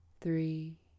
three